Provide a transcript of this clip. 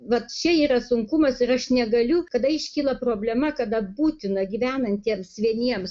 vat čia yra sunkumas ir aš negaliu kada iškyla problema kada būtina gyvenantiems vieniems